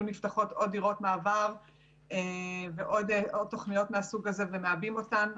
נפתחות עוד דירות מעבר ועוד תוכניות מהסוג הזה והיו מעבים אותן,